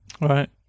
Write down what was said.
Right